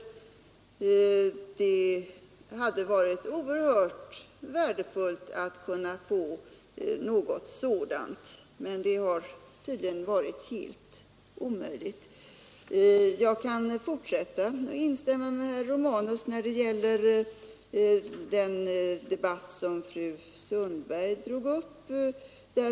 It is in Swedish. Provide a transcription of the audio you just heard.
Ett sådant hade varit oerhört värdefullt, men det har tydligen varit helt omöjligt att åstadkomma. Jag kan instämma i vad herr Romanus sade också i den debatt som fru Sundberg drog upp.